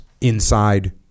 inside